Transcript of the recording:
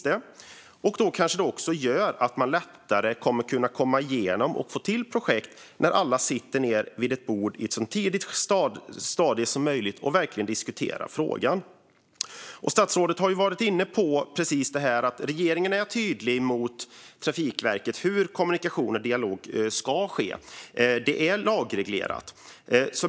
Det gör kanske att man lättare kan få till projekt när alla sätter sig ned vid ett bord i ett så tidigt skede som möjligt och diskuterar frågan. Statsrådet har varit inne på att regeringen är tydlig gentemot Trafikverket om hur kommunikation och dialog ska ske. Det är lagreglerat.